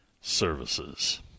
Services